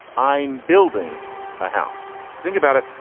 i'm building a house. you think about it.